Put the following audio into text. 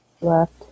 left